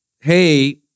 hey